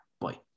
boy